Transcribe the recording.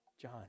John